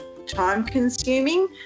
time-consuming